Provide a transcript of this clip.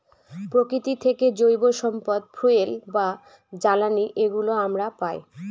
প্রকৃতি থেকে জৈব সম্পদ ফুয়েল বা জ্বালানি এগুলো আমরা পায়